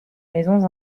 maisons